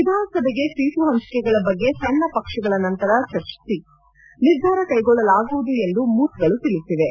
ವಿಧಾನಸಭೆಗೆ ಸೀಟು ಹಂಚಿಕೆಗಳ ಬಗ್ಗೆ ಸಣ್ಣ ಪಕ್ಷಗಳ ನಂತರ ಚರ್ಚಿಸಿ ನಿರ್ಧಾರ ಕೈಗೊಳ್ಳಲಾಗುವುದು ಎಂದು ಮೂಲಗಳು ತಿಳಿಸಿವೆ